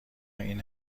این